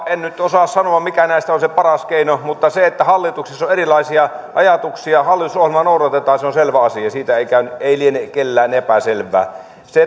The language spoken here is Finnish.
en nyt osaa sanoa mikä näistä on se paras keino siitä että hallituksessa on erilaisia ajatuksia hallitusohjelmaa noudatetaan se on selvä asia siitä ei liene kenelläkään epäselvää se